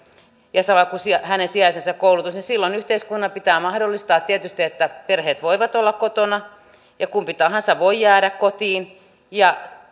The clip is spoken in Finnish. ja sama hänen sijaisensa koulutuksessa yhteiskunnan pitää mahdollistaa tietysti että perheet voivat olla kotona ja kumpi tahansa voi jäädä kotiin ja